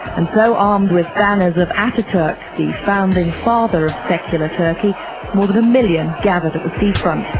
and so armed with banners of ataturk, the founding father of secular turkey, more than a million gathered at the seafront.